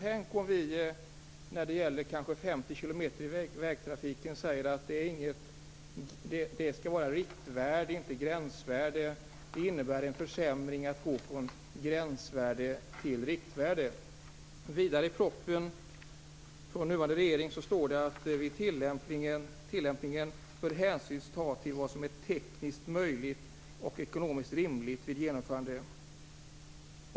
Tänk om vi när det gäller kanske 50 km i vägtrafiken säger att det skall vara ett riktvärde, inte ett gränsvärde! Det innebär en försämring att gå från gränsvärde till riktvärde. I samma proposition från den nuvarande regeringen står det att vid tillämpningen bör hänsyn tas till vad som är tekniskt möjligt och ekonomiskt rimligt vid genomförandet.